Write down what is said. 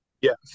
Yes